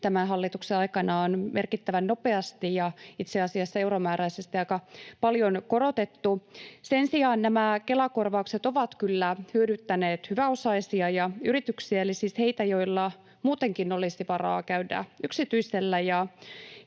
tämän hallituksen aikana on merkittävän nopeasti ja itse asiassa euromääräisesti aika paljon korotettu. Sen sijaan nämä Kela-korvaukset ovat kyllä hyödyttäneet hyväosaisia ja yrityksiä eli siis heitä, joilla muutenkin olisi varaa käydä yksityisellä,